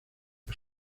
los